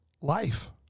life